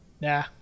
Nah